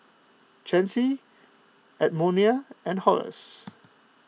Chancey Edmonia and Horace